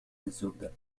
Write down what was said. الزبدة